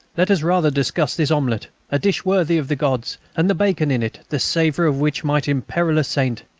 let us rather discuss this omelette, a dish worthy of the gods, and the bacon in it, the savour of which might imperil a saint.